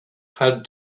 had